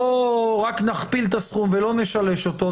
בוא רק נכפיל את הסכום ולא נשלש אותו,